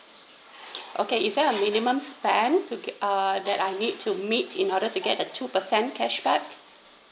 okay is there a minimum spend to uh that I need to meet in order to get the two percent cashback